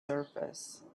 surface